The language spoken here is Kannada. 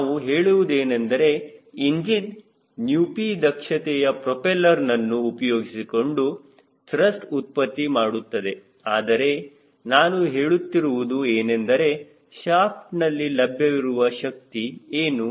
ನಾವು ಹೇಳುವುದೇನೆಂದರೆ ಇಂಜಿನ್ ηp ದಕ್ಷತೆಯ ಪ್ರೊಪೆಲ್ಲರ್ನನ್ನು ಉಪಯೋಗಿಸಿಕೊಂಡು ತ್ರಸ್ಟ್ ಉತ್ಪತ್ತಿಮಾಡುತ್ತದೆ ಆದರೆ ನಾನು ಹೇಳುತ್ತಿರುವುದು ಏನೆಂದರೆ ಶಾಫ್ಟ್ ನಲ್ಲಿ ಲಭ್ಯವಿರುವ ಶಕ್ತಿ ಏನು